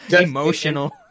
emotional